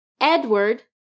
Edward